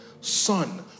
Son